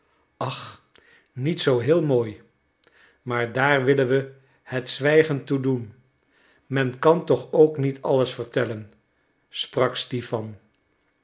ach niet zoo heel mooi maar daar willen we het zwijgen toe doen men kan toch ook niet alles vertellen sprak stipan